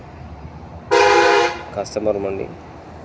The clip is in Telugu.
కస్టమర్మండి